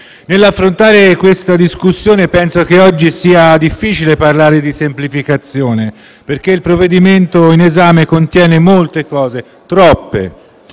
nell'affrontare questa discussione penso sia oggi difficile parlare di semplificazione perché il provvedimento in esame contiene molte cose, troppe.